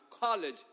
college